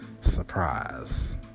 surprise